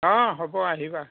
অঁ হ'ব আহিবা